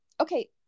okay